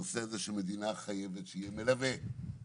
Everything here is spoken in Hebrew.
הנושא הזה שהמדינה חייבת שיהיה מלווה רשמי,